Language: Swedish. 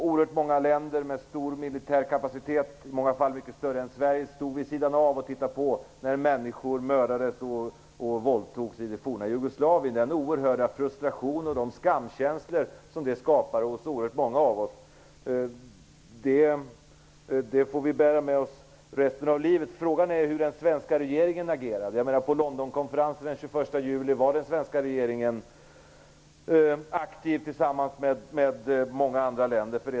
Oerhört många länder med en stor militär kapacitet, i många fall mycket större än Sveriges, stod vid sidan av och tittade på när människor mördades och våldtogs i det forna Jugoslavien. Den frustration och de skamkänslor som det skapade hos oerhört många av oss får vi bära med oss resten av livet. Frågan är hur den svenska regeringen agerade. På Londonkonferensen den 21 juli var den svenska regeringen aktiv tillsammans med många andra länder.